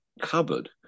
cupboard